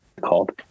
called